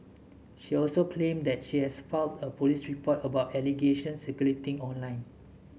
she also claimed that she has filed a police report about allegations circulating online